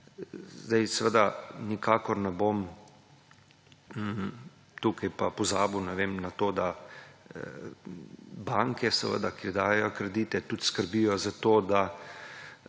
Seveda, nikakor ne bom tukaj pa pozabil na to, da banke, ki dajejo kredite, tudi skrbijo za to, da